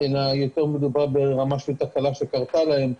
אלא יותר מדובר ברמה של תקלה שקרתה שלהם,